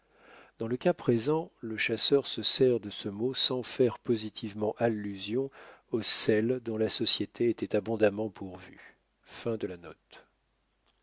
dans le cas présent le chasseur se sert de ce mot sans faire positivement allusion au sel dont la société était abondamment pourvue